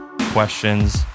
questions